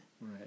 Right